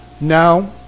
now